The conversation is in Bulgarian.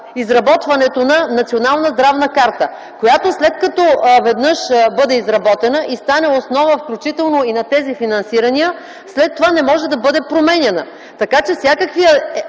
здравна карта, която след като веднъж бъде изработена и стане основа включително и на тези финансирания, след това не може да бъде променяна.